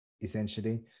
essentially